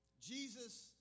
Jesus